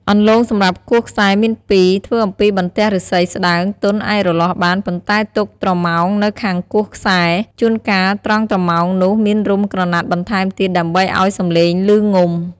អន្លូងសំរាប់គោះខ្សែមាន២ ធ្វើអំពីបន្ទះឫស្សីស្ដើងទន់អាចរលាស់បាន ប៉ុន្ដែទុកត្រមោងនៅខាងគោះខ្សែ ជួនកាលត្រង់ត្រមោងនោះមានរុំក្រណាត់បន្ថែមទៀតដើម្បីឲ្យសំឡេងឮងំ។